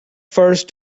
first